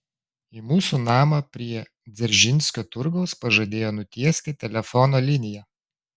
į mūsų namą prie dzeržinskio turgaus pažadėjo nutiesti telefono liniją